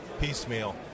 piecemeal